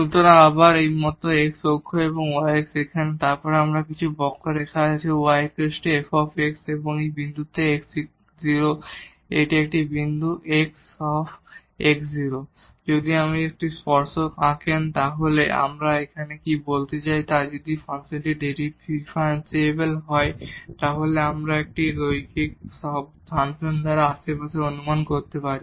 সুতরাং আবার এই মত x অক্ষ yx এখানে এবং তারপর আমাদের কিছু বক্ররেখা আছে y f এবং এই বিন্দুতে x 0 এই একটি বিন্দু x যদি আপনি টানজেন্ট আঁকেন তাহলে আমরা এখানে কি বলতে চাই যে যদি ফাংশনটি ডিফারেনশিবল হয় তাহলে আমরা একটি রৈখিক ফাংশন দ্বারা আশেপাশে অনুমান করতে পারি